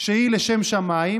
שהיא לשם שמיים?